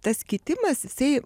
tas kitimas jisai